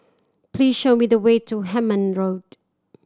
please show me the way to Hemmant Road